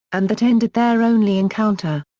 and that ended their only encounter.